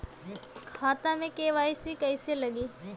खाता में के.वाइ.सी कइसे लगी?